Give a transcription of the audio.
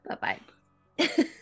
bye-bye